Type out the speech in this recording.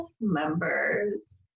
members